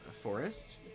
forest